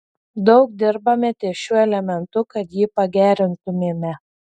daug dirbame ties šiuo elementu kad jį pagerintumėme